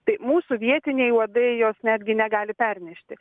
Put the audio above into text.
tai mūsų vietiniai uodai jos netgi negali pernešti